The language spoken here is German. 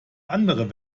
anderen